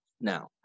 Now